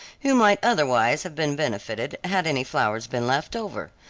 who might otherwise have been benefited, had any flowers been left over.